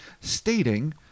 stating